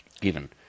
given